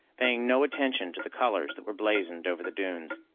paying no attention to the colors that were blazoned over the dunes.